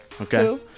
Okay